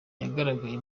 yagaragaye